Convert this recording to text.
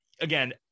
again